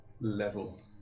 level